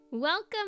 Welcome